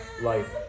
life